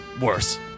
worse